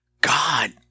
God